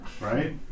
right